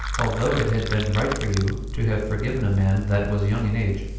although it had been right for you to have forgiven a man that was young in age,